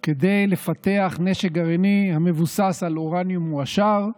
כדי לפתח נשק גרעיני המבוסס על אורניום מועשר,